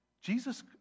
Jesus